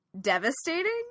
devastating